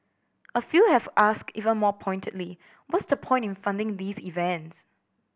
a few have asked even more pointedly what's the point in funding these events